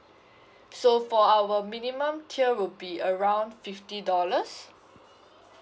so for our minimum tier would be around fifty dollars